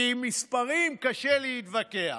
כי עם מספרים קשה להתווכח,